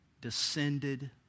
Descended